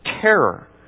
terror